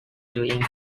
doing